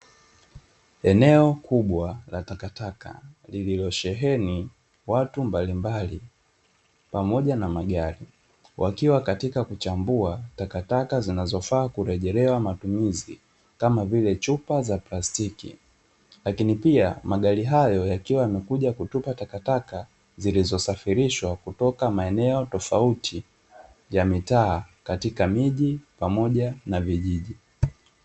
Eneo kubwa la takataka, lililosheheni watu mbalimbali pamoja na magari, wakiwa katika kuchambua takataka zinazofaa kurejerea matumizi kama vile chupa za plastiki. Lakini pia magari hayo yakiwa yamekuja kutupa takataka zilizosafirishwa kutoka maeneo tofauti ya mitaa katika miji pamoja na vijiji.